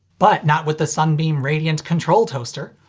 but not with the sunbeam radiant control toaster!